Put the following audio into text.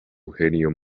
eugenio